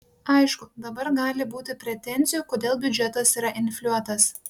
aišku dabar gali būti pretenzijų kodėl biudžetas yra infliuotas